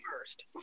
first